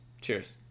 Cheers